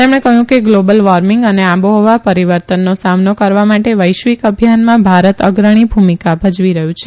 તેમણે કહયું કે ગ્લોબલ વોર્મિંગ અને આબહોવા પરીવર્તનનો સામનો કરવા માટે વૈશ્વીક અભિયાનમાં ભારત અગ્રણી ભૂમિકા ભજવી રહયું છે